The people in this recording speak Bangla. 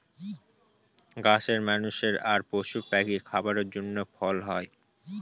গাছে মানুষের আর পশু পাখির খাবারের জন্য ফল হয়